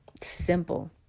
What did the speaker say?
simple